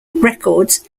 records